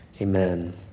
amen